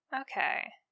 Okay